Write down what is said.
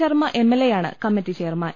ശർമ്മ എംഎൽഎയാണ് committee chairman